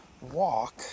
walk